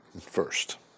first